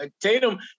Tatum